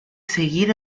seguir